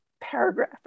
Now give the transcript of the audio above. paragraph